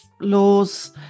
laws